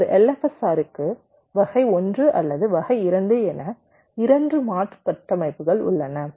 ஒரு LFSR க்கு வகை 1 அல்லது வகை 2 என 2 மாற்று கட்டமைப்புகள் உள்ளன